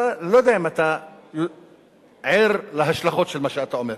אני לא יודע אם אתה ער להשלכות של מה שאתה אומר.